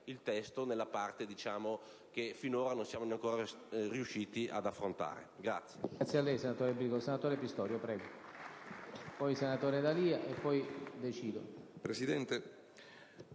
il testo nella parte che finora non siamo riusciti ad affrontare.